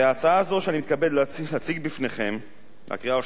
שאני מתכבד להביא בפניכם לקריאה השנייה והשלישית,